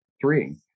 three